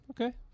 Okay